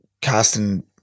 casting